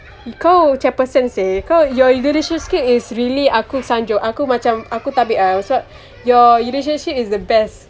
kau chairperson seh kau your leadership skill is really aku sanjung aku macam aku tabik err sebab your leadership is the best